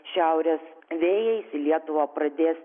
šiaurės vėjais į lietuvą pradės